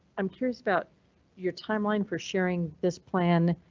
i'm curious about your timeline for sharing this plan.